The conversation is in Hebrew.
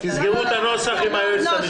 תסגרו את הנוסח עם היועצת המשפטית.